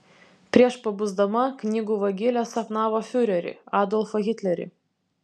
prieš pabusdama knygų vagilė sapnavo fiurerį adolfą hitlerį